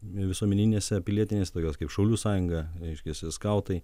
visuomeninėse pilietinėse tokios kaip šaulių sąjunga reiškiasi skautai